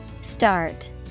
Start